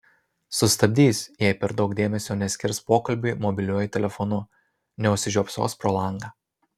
sustabdys jei per daug dėmesio neskirs pokalbiui mobiliuoju telefonu neužsižiopsos pro langą